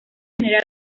general